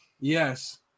Yes